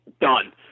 done